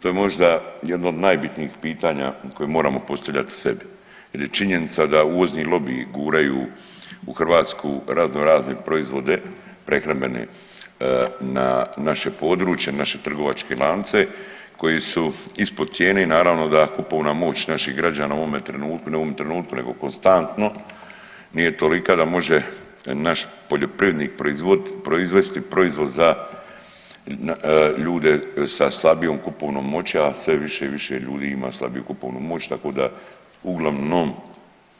To je možda jedno od najbitnijih pitanja koje moramo postavljati sebi, jer je činjenica da uvozni lobiji guraju u Hrvatsku razno razne proizvode prehrambene na naše područje, naše trgovačke lance koji su ispod cijene i naravno da kupovna moć naših građana u ovome trenutku, ne u ovome trenutku nego konstantno nije tolika da može naš poljoprivrednik proizvesti proizvod za ljude sa slabijom kupovnom moći, a sve više i više ljudi ima slabiju kupovnu moć, tako da uglavnom